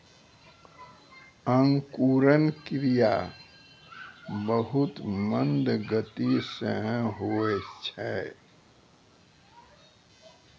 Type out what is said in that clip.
अंकुरन क्रिया बहुत मंद गति सँ होय छै